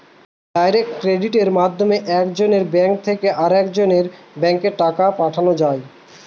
direct ক্রেডিটে এক জনের ব্যাঙ্ক থেকে আরেকজনের ব্যাঙ্কে টাকা যায়